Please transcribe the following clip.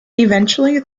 eventually